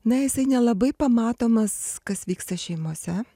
na jisai nelabai pamatomas kas vyksta šeimose